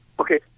Okay